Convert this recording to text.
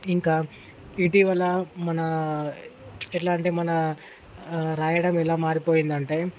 ఇంకా ఇటీవల మన ఎట్లా అంటే మన రాయడం ఎలా మారిపోయిందంటే